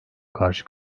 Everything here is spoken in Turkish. karşı